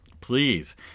please